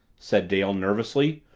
said dale nervously,